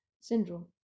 syndrome